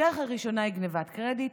הדרך הראשונה היא גנבת קרדיט,